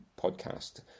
podcast